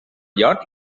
york